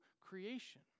creation